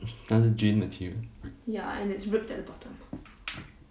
但是 jean material